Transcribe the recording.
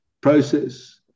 process